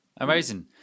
Amazing